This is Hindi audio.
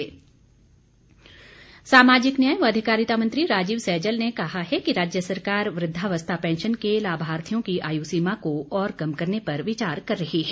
सैजल सामाजिक न्याय व अधिकारिता मंत्री राजीव सैजल ने कहा है कि राज्य सरकार वृद्धावस्था पैंशन के लाभार्थियों की आय़ सीमा को और कम करने पर विचार कर रही है